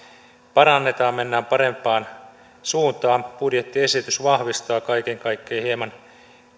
parannetaan mennään parempaan suuntaan budjettiesitys vahvistaa kaiken kaikkiaan hieman